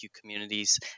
communities